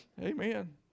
Amen